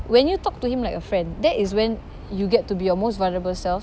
when you talk to him like a friend that is when you get to be your most vulnerable self